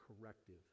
corrective